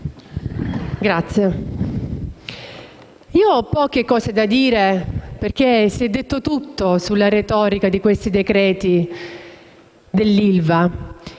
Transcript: Presidente, ho poche cose da dire, perché si è detto tutto sulla retorica di questi decreti-legge sull'ILVA.